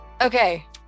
Okay